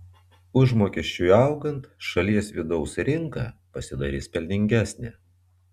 užmokesčiui augant šalies vidaus rinka pasidarys pelningesnė